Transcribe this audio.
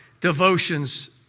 devotions